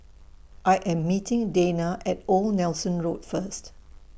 I Am meeting Dayna At Old Nelson Road First